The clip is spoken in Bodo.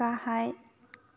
गाहाय